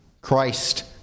Christ